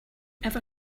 ever